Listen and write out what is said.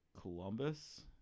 Columbus